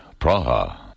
Praha